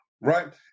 right